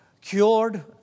cured